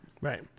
Right